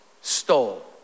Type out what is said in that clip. stole